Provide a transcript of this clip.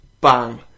Bang